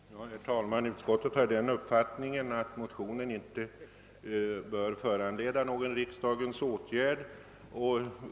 Herr talman! Utskottet har den uppfattningen att motionen inte bör föranleda någon riksdagens åtgärd.